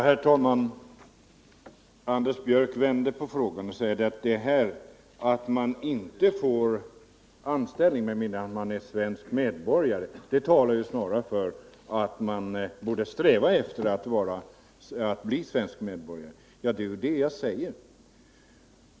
Herr talman! Anders Björck vänder på frågan och säger att detta att man inte får anställning med mindre man är svensk medborgare snarast talar för att man borde sträva efter att bli svensk medborgare. Ja, det är ju det jag säger.